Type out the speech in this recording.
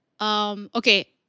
Okay